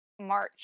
March